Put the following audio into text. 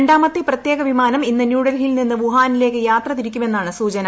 രണ്ടാമത്തെ പ്രത്യേക വിമാനം ഇന്ന് ന്യൂഡൽഹിയിൽ നിന്ന് വുഹാനിലേക്ക് യാത്ര തിരിക്കുമെന്നാണ് സൂചന